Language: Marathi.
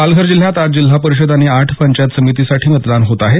पालघर जिल्ह्यात आज जिल्हा परिषद आणि आठ पंचायत समितींसाठी मतदान होत आहे